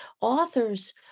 authors